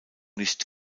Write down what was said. nicht